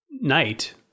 night